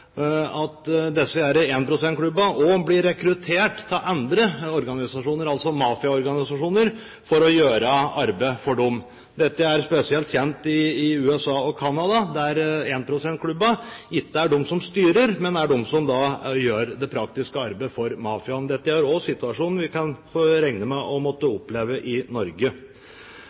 disse énprosentklubbene også blir rekruttert av andre organisasjoner, mafiaorganisasjoner, for å gjøre arbeid for dem. Dette er spesielt kjent i USA og Canada, der énprosentklubbene ikke er de som styrer, men de som gjør det praktiske arbeidet for mafiaen. Dette er også en situasjon vi kan regne med å måtte oppleve i Norge.